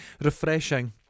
refreshing